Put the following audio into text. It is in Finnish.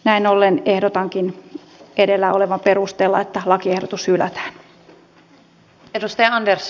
näin ollen ehdotankin edellä olevan perusteella että lakiehdotukset hylätään